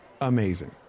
amazing